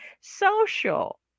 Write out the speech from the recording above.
social